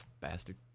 Bastard